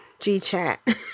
GChat